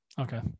Okay